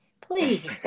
Please